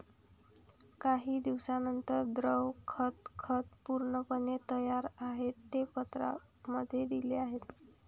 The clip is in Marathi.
काही दिवसांनंतर, द्रव खत खत पूर्णपणे तयार आहे, जे पत्रांमध्ये दिले आहे